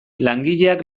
langileak